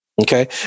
Okay